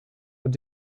were